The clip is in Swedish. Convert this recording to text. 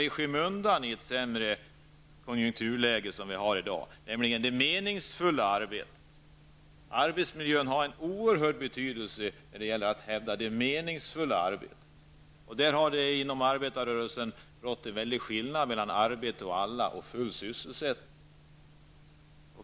I ett sämre konjunkturläge som dagens kanske frågan om det meningsfulla arbetet kommer i skymundan. Arbetsmiljön har en oerhörd betydelse när det gäller att hävda det meningsfulla arbetet, och det har inom arbetarrörelsen rått en väldig skillnad mellan strävan efter arbete åt alla och full sysselsättning.